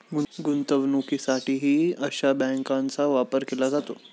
गुंतवणुकीसाठीही अशा बँकांचा वापर केला जातो